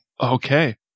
Okay